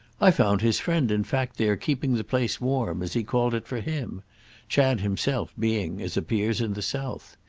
i found his friend in fact there keeping the place warm, as he called it, for him chad himself being, as appears, in the south.